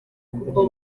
kuko